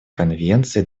конвенции